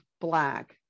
black